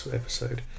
episode